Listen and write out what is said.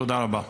תודה רבה.